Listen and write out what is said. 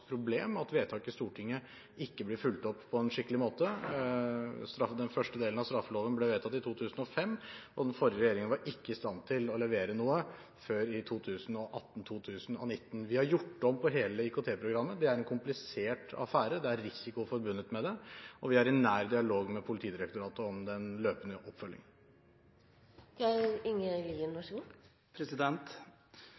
problem at vedtak i Stortinget ikke blir fulgt opp på en skikkelig måte. Den første delen av straffeloven ble vedtatt i 2005, og den forrige regjeringen var ikke i stand til å levere noe før i 2018/2019. Vi har gjort om på hele IKT-programmet. Det er en komplisert affære, det er risiko forbundet med det, og vi er i nær dialog med Politidirektoratet om den løpende oppfølgingen.